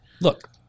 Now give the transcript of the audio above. Look